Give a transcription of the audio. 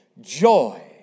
joy